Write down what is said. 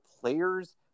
players